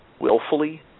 willfully